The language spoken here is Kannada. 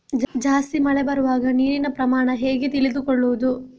ಜಾಸ್ತಿ ಮಳೆ ಬರುವಾಗ ನೀರಿನ ಪ್ರಮಾಣ ಹೇಗೆ ತಿಳಿದುಕೊಳ್ಳುವುದು?